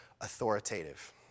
authoritative